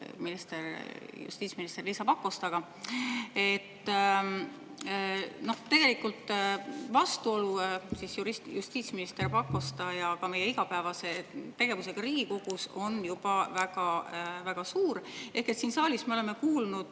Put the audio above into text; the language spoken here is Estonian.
justiitsminister Liisa Pakostaga. Tegelikult vastuolu justiitsminister Pakosta ja meie igapäevase tegevuse vahel Riigikogus on juba väga-väga suur. Siin saalis me kuuleme